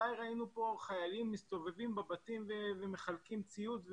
מתי ראינו פה חיילים מסתובבים בבתים ומחלקים ציוד?